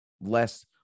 Less